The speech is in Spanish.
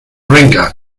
venga